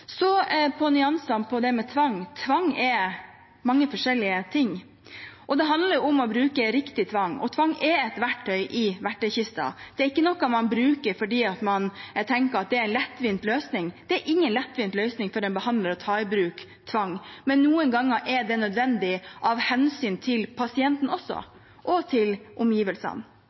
Så til nyanser når det gjelder tvang. Tvang er mange forskjellige ting, og det handler om å bruke riktig tvang. Tvang er et verktøy i verktøykisten. Det er ikke noe man bruker fordi man tenker at det er en lettvint løsning. Det er ingen lettvint løsning for en behandler å ta i bruk tvang, men noen ganger er det nødvendig av hensyn til pasienten og til omgivelsene.